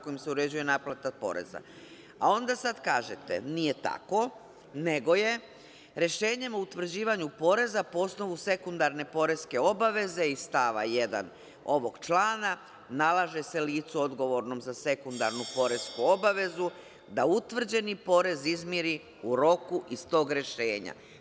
Onda sad kažete – nije tako, nego je – rešenjem o utvrđivanju poreza po osnovu sekundarne poreske obaveze iz stava 1. ovog člana, nalaže se licu odgovornom za sekundarnu poresku obavezu da utvrđeni porez izmiri u roku iz tog rešenja.